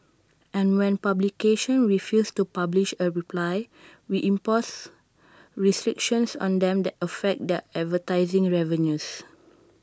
and when publications refuse to publish A reply we impose restrictions on them that affect their advertising revenues